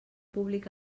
públic